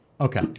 okay